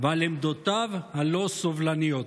ועל עמדותיו הלא-סובלניות.